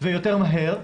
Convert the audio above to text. ויותר מהר,